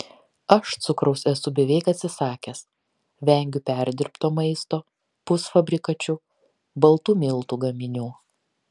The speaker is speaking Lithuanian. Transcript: aš cukraus esu beveik atsisakęs vengiu perdirbto maisto pusfabrikačių baltų miltų gaminių